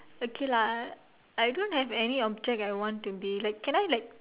okay lah I don't have any object I want to be like can I like